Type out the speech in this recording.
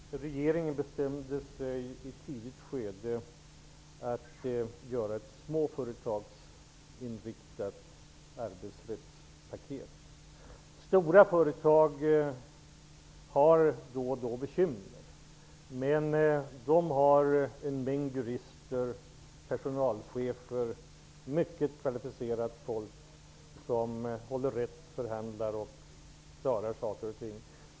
Fru talman! Regeringen bestämde sig i ett tidigt skede för att göra ett småföretagsinriktat arbetsrättspaket. Stora företag har då och då bekymmer, men de har en mängd mycket kvalificerade jurister och personalchefer som förhandlar och håller rätt på saker och ting.